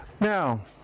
Now